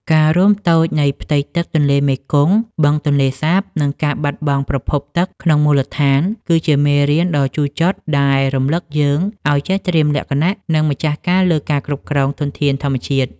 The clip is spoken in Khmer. ការរួមតូចនៃផ្ទៃទឹកទន្លេមេគង្គ បឹងទន្លេសាប និងការបាត់បង់ប្រភពទឹកក្នុងមូលដ្ឋាន គឺជាមេរៀនដ៏ជូរចត់ដែលរំលឹកយើងឱ្យចេះត្រៀមលក្ខណៈ និងម្ចាស់ការលើការគ្រប់គ្រងធនធានធម្មជាតិ។